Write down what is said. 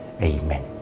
Amen